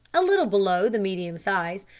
a little below the medium size,